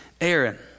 Aaron